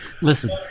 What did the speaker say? Listen